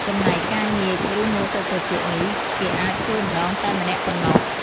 ចំណែការញៀច ឬ មួលស្លឹកត្រចៀកនេះ គេអាចធ្វើម្ដងតែម្នាក់ប៉ុណ្ណោះ។